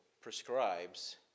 prescribes